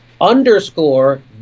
underscore